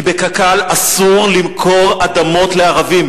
כי בקק"ל אסור למכור אדמות לערבים.